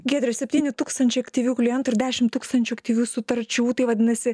giedre septyni tūkstančiai aktyvių klientų ir dešim tūkstančių aktyvių sutarčių tai vadinasi